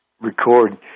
record